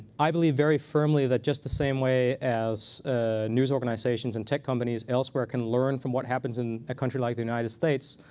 i believe very firmly that just the same way as news organizations and tech companies elsewhere can learn from what happens in a country like the united states,